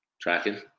Tracking